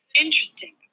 Interesting